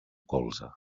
colze